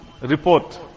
report